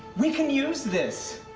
we can use this.